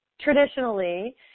traditionally